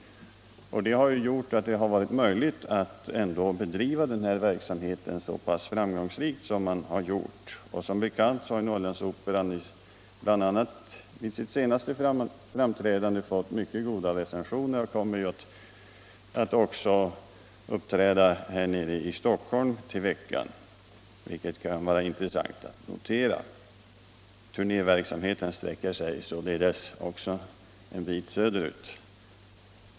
Det är detta som gjort att det varit möjligt att ändå bedriva verksamheten så framgångsrikt som fallet varit. Som bekant har Norrlandsoperan fått mycket goda recensioner, bl. a, vid sitt senaste framträdande, och den kommer också att nästa vecka uppträda här i Stockholm. Det kan ju vara intressant att notera att turnéverksamheten sålunda sträcker sig ett gott stycke söderut.